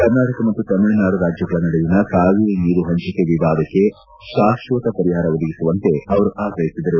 ಕರ್ನಾಟಕ ಮತ್ತು ತಮಿಳುನಾಡು ರಾಜ್ವಗಳ ನಡುವಿನ ಕಾವೇರಿ ನೀರು ಹಂಚಿಕೆ ವಿವಾದಕ್ಕೆ ಶಾಶ್ವತ ಪರಿಹಾರ ಒದಗಿಸುವಂತೆ ಅವರು ಆಗ್ರಹಿಸಿದರು